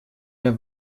mehr